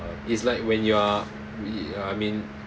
it's like when you are i~ i~ uh I mean